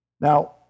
Now